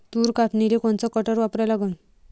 तूर कापनीले कोनचं कटर वापरा लागन?